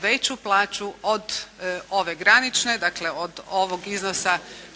veću plaću od ove granične dakle od ovog iznosa koji